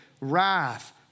wrath